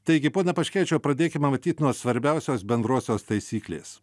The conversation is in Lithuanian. taigi pone paškevičiau pradėkime matyt nuo svarbiausios bendrosios taisyklės